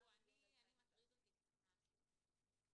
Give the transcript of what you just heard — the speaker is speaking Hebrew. תראו, מטריד אותי קצת משהו.